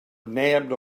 nabbed